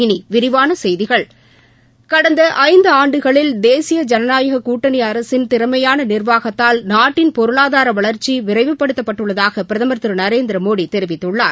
இனி விரிவான செய்திகள் கடந்த ஐந்தாண்டுகளில் தேசிய ஜனநாயக கூட்டணி அரசின் திறமையான நிர்வாகத்தால் நாட்டின் பொருளாதார வளர்ச்சி விரைவுபடுத்தப்பட்டுள்ளதாக பிரதமர் திரு நரேந்திரமோடி தெரிவித்துள்ளார்